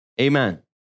Amen